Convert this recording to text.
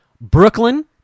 Brooklyn